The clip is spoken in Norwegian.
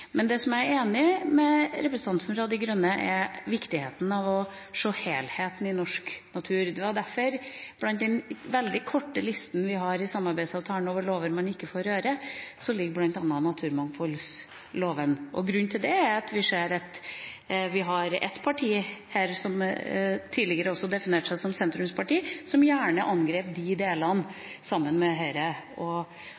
Men det som jeg er enig med representanten for Miljøpartiet De Grønne i, er viktigheten av å se helheten i norsk natur. I den veldig korte listen vi har i samarbeidsavtalen over lover man ikke får lov til å røre, ligger bl.a. naturmangfoldloven. Grunnen til det er vi ser at vi har et parti her som tidligere definerte seg som sentrumsparti, som gjerne angrep de delene